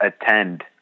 attend